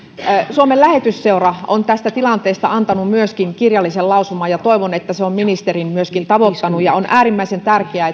suomen lähetysseura myöskin on tästä tilanteesta antanut kirjallisen lausuman ja toivon että se on ministerin myöskin tavoittanut ja on äärimmäisen tärkeää